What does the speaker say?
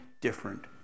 different